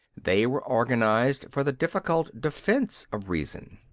they were organized for the difficult defence of reason.